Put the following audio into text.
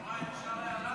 יוראי, אפשר הערה?